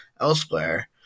elsewhere